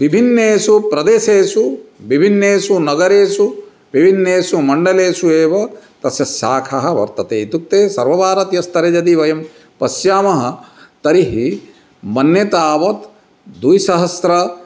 विभिन्नेषु प्रदेशेषु विभिन्नेषु नगरेषु विभिन्नेषु मण्डलेषु एव तस्य शाखा वर्तते इत्युक्ते सर्वभारतीयस्तरे यदि वयं पश्यामः तर्हि मन्ये तावत् द्विसहस्र